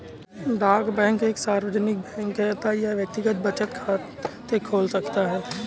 डाक बैंक एक सार्वजनिक बैंक है अतः यह व्यक्तिगत बचत खाते खोल सकता है